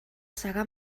segar